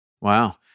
wow